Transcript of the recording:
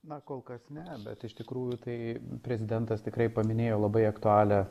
na kol kas ne bet iš tikrųjų tai prezidentas tikrai paminėjo labai aktualią